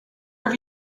have